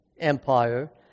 empire